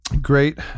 great